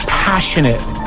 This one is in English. passionate